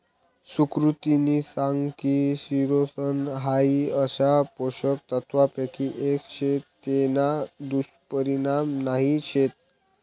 सुकृतिनी सांग की चिरोसन हाई अशा पोषक तत्वांपैकी एक शे तेना दुष्परिणाम नाही शेत